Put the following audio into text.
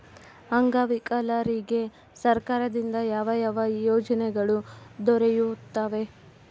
ಅಂಗವಿಕಲರಿಗೆ ಸರ್ಕಾರದಿಂದ ಯಾವ ಯಾವ ಯೋಜನೆಗಳು ದೊರೆಯುತ್ತವೆ?